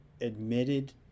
admitted –